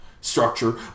structure